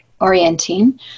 orienting